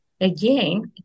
again